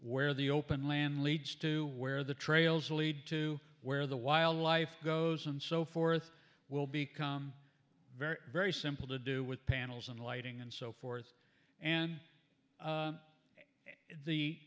where the open land leads to where the trails lead to where the wildlife goes and so forth will become very very simple to do with panels and lighting and so forth and